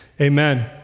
amen